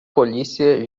polícia